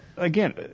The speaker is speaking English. Again